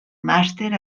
màster